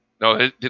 No